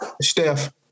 Steph